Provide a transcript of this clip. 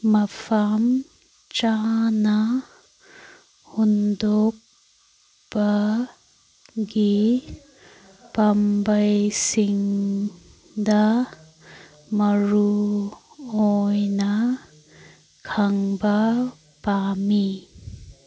ꯃꯐꯝ ꯆꯥꯅ ꯍꯨꯟꯗꯣꯛꯄꯒꯤ ꯄꯥꯝꯕꯩꯁꯤꯡꯗ ꯃꯔꯨꯑꯣꯏꯅ ꯈꯪꯕ ꯄꯥꯝꯃꯤ